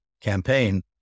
campaign